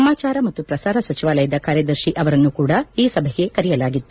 ಸಮಾಚಾರ ಮತ್ತು ಪ್ರಸಾರ ಸಚಿವಾಲಯದ ಕಾರ್ಯದರ್ತಿ ಅವರನ್ನು ಕೂಡ ಈ ಸಭೆಗೆ ಕರೆಯಲಾಗಿತ್ತು